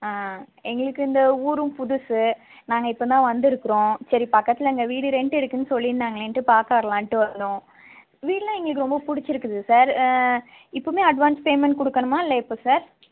ஆ எங்களுக்கு இந்த ஊரும் புதுசு நாங்கள் இப்போ தான் வந்திருக்குறோம் சரி பக்கத்தில் இங்கே வீடு ரெண்டுக்கு இருக்குதுன்னு சொல்லியிருந்தாங்களேன்னு பார்க்க வரலாம்ன்னுட்டு வந்தோம் வீடெலாம் எங்களுக்கு ரொம்ப பிடிச்சிருக்குது சார் இப்பவே அட்வான்ஸ் பேமெண்ட் கொடுக்கணுமா இல்லை எப்போது சார்